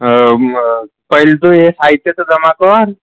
अ म पहिले तू हे साहित्य तर जमा कर